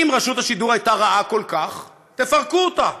אם רשות השידור הייתה רעה כל כך, תפרקו אותה.